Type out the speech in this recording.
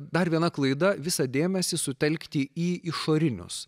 dar viena klaida visą dėmesį sutelkti į išorinius